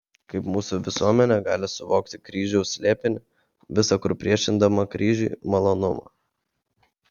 kaip mūsų visuomenė gali suvokti kryžiaus slėpinį visa kur priešindama kryžiui malonumą